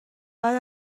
بعد